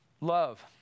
Love